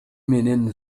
менен